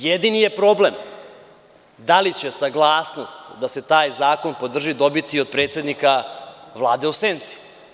Jedini je problem da li će se saglasnost da se taj zakon podrži dobiti od predsednika Vlade u senci.